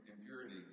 impurity